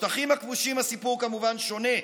בשטחים הכבושים הסיפור כמובן שונה,